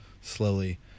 slowly